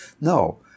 no